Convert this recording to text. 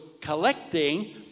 collecting